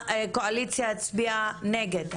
הקואליציה הצביעה נגד.